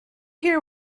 hear